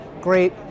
great